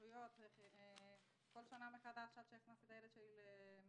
הרשויות בכל שנה מחדש עד שהכנסתי את הילד שלי למסגרת,